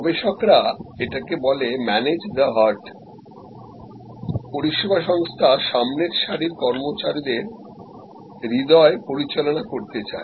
গবেষকরা এটাকে বলে manage the heart পরিষেবা সংস্থা সামনের সারির কর্মচারীদের হৃদয় পরিচালনা করতে চায়